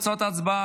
נתקבלה.